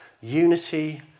Unity